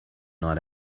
not